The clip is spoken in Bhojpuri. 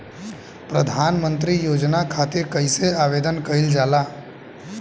प्रधानमंत्री योजना खातिर कइसे आवेदन कइल जाला?